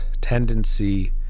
tendency